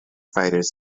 fighters